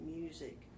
music